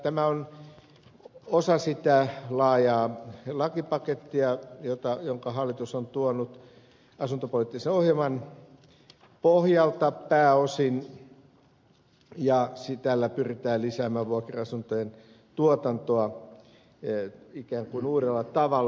tämä on osa sitä laajaa lakipakettia jonka hallitus on tuonut asuntopoliittisen ohjelman pohjalta pääosin ja tällä pyritään lisäämään vuokra asuntojen tuotantoa ikään kuin uudella tavalla